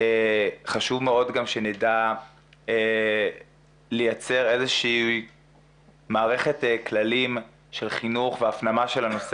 חשוב מאוד גם שנדע לייצר איזושהי מערכת כללים של חינוך והפנמה של הנושא